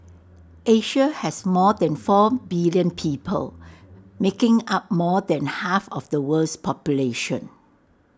Asia has more than four billion people making up more than half of the world's population